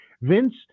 Vince